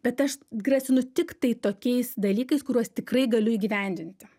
bet aš grasinu tiktai tokiais dalykais kuriuos tikrai galiu įgyvendinti